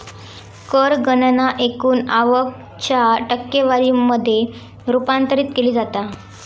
कर गणना एकूण आवक च्या टक्केवारी मध्ये रूपांतरित केली जाता